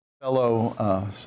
fellow